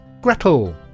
Gretel